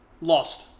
Lost